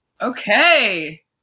Okay